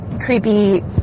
creepy